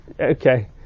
Okay